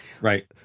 right